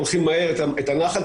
הולכים מהר את הנחל,